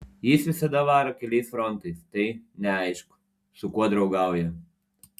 jis visada varo keliais frontais tai neaišku su kuo draugauja